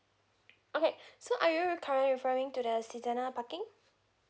okay so are you currently referring to the seasonal parking